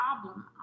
problem